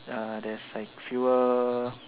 uh there's like fewer